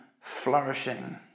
flourishing